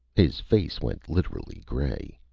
his face went literally gray.